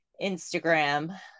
Instagram